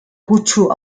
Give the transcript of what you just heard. kutsu